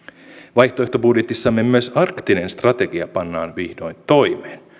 vaihtoehtobudjetissamme myös arktinen strategia pannaan vihdoin toimeen